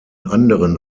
anderen